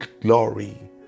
glory